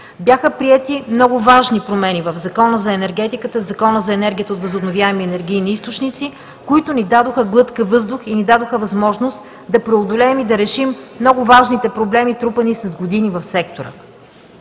Бяха приети много важни промени в Закона за енергетиката, в Закона за енергията от възобновяеми енергийни източници, които ни дадоха глътка въздух и възможност да преодолеем и да решим много важните проблеми, трупани с години в сектора.